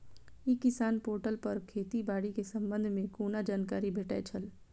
ई किसान पोर्टल पर खेती बाड़ी के संबंध में कोना जानकारी भेटय छल?